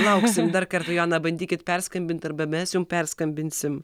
lauksim dar kartą joana bandykit perskambint arba mes jum perskambinsim